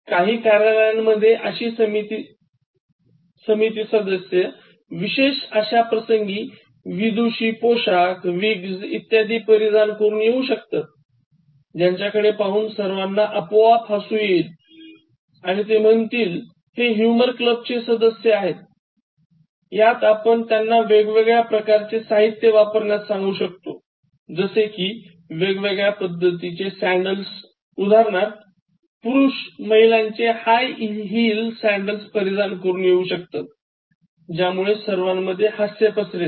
काही कार्यालयांमधेय अशे समिती सदस्य विशेष अश्या प्रसंगी विदुषी पोशाख विग्स इत्यादी परिधान करून येऊ शकतात ज्यांच्या कडे पाहून सर्वाना आपोआप हासू येईल आणि ते म्हणतील हे हुयमर क्लब चे सदस्य आहेतयात आपण त्यांना वेगवगळ्या प्रकारचे साहित्य वापरण्यास सांगू शकतो जसे कि वेगवेगळ्या पद्धतीचे सँडल्स उदाहरणार्थ पुरुष महिलांचे हाई हिल सँडल्स परिधान करून येऊ शकतात यामुळे हास्य पसरेल